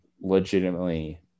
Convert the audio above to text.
legitimately